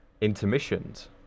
intermissions